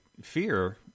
fear